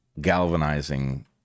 galvanizing